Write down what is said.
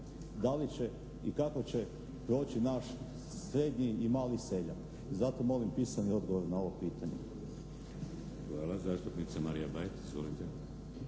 da li će i kako će proći naš srednji i mali seljak. Zato molim pisani odgovor na ovo pitanje. **Šeks, Vladimir (HDZ)** Hvala.